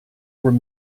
were